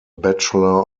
bachelor